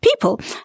People